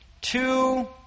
two